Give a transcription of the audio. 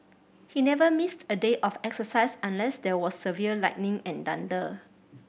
he never missed a day of exercise unless there was severe lightning and thunder